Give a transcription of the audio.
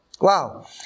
wow